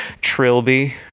Trilby